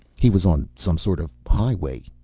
he was on some sort of highway.